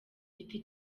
giti